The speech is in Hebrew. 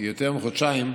יותר מחודשיים,